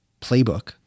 playbook